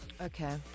Okay